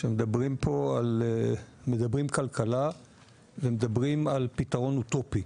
כשמדברים כלכלה מדברים על פתרון אוטופי.